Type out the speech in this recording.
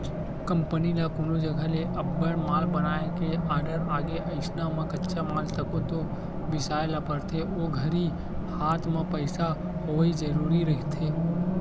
company ल कोनो जघा ले अब्बड़ माल बनाए के आरडर आगे अइसन म कच्चा माल तको तो बिसाय ल परथे ओ घरी हात म पइसा होवई जरुरी रहिथे